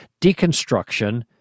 deconstruction